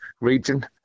region